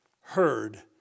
heard